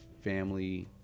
family